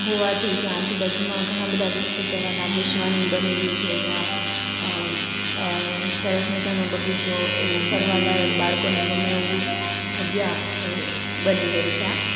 હોવાથી ત્યાં આજુબાજુમાં ઘણાં બધાં વિકસિત એવા નાગેશવન બની ગયું છે જયાં સરસ મજાનું બગીચો એવો ફરવાલાયક બાળકોને ગમે એવું જગ્યા એ બની ગઈ છે ત્યાં